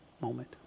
moment